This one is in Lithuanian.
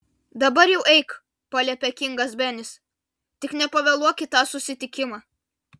dabar jau eik paliepė kingas benis tik nepavėluok į tą susitikimą